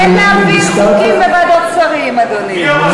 אין להעביר חוקים בוועדות שרים, אדוני.